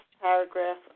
paragraph